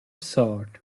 sought